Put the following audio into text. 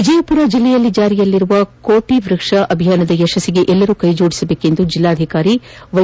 ವಿಜಯಪುರ ಜಿಲ್ಲೆಯಲ್ಲಿ ಜಾರಿಯಲ್ಲಿರುವ ಕೋಟಿ ವ್ಯಕ್ಷ ಅಭಿಯಾನದ ಯಶಸ್ಸಿಗೆ ಎಲ್ಲರೂ ಕೈಜೋಡಿಸಬೇಕೆಂದು ಜಿಲ್ಲಾಧಿಕಾರಿ ವೈ